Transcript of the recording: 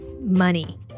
money